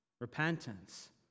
repentance